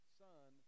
son